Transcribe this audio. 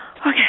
Okay